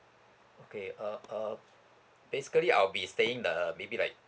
okay uh uh basically I will be staying the maybe like